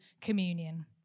communion